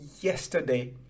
yesterday